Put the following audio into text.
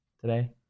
today